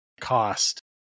cost